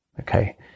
Okay